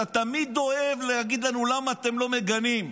אתה תמיד אוהב להגיד לנו: למה אתם לא מגנים?